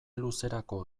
luzerako